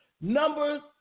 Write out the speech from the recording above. Numbers